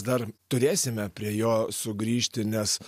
dar turėsime prie jo sugrįžti nes